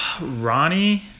Ronnie